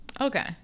Okay